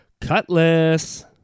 Cutlass